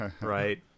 Right